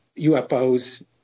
UFOs